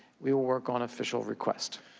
we will work on official request.